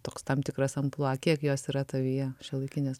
toks tam tikras amplua kiek jos yra tavyje šiuolaikinės